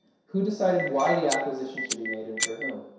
who decided why the acquisition should be made and for whom?